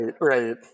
right